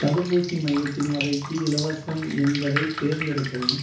தடுப்பூசி மையத்தின் வகைக்கு இலவசம் என்பதை தேர்ந்தெடுக்கவும்